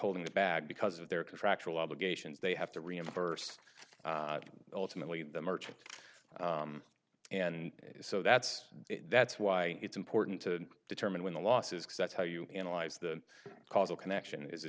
holding the bag because of their contractual obligations they have to reimburse ultimately the merchant and so that's that's why it's important to determine when the losses because that's how you analyze the causal connection is a